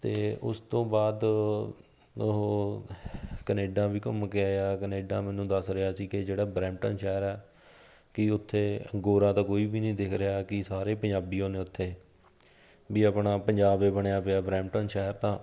ਅਤੇ ਉਸ ਤੋਂ ਬਾਅਦ ਉਹ ਕਨੇਡਾ ਵੀ ਘੁੰਮ ਕੇ ਆਇਆ ਕਨੇਡਾ ਮੈਨੂੰ ਦੱਸ ਰਿਹਾ ਸੀ ਕਿ ਜਿਹੜਾ ਬਰੈਮਟਨ ਸ਼ਹਿਰ ਆ ਕਿ ਉੱਥੇ ਗੋਰਾ ਤਾਂ ਕੋਈ ਵੀ ਨਹੀਂ ਦਿਖ ਰਿਹਾ ਕਿ ਸਾਰੇ ਪੰਜਾਬੀ ਓ ਨੇ ਉੱਥੇ ਵੀ ਆਪਣਾ ਪੰਜਾਬ ਏ ਬਣਿਆ ਪਿਆ ਬਰੈਮਟਨ ਸ਼ਹਿਰ ਤਾਂ